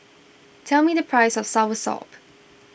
tell me the price of soursop